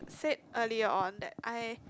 said earlier on that I